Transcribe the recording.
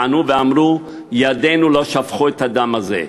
וענו ואמרו ידינו לא שפכו את הדם הזה".